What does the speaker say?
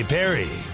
Perry